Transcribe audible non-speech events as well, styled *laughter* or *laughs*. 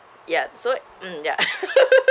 yup so mm ya *laughs*